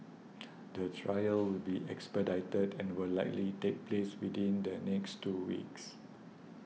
the trial will be expedited and will likely take place within the next two weeks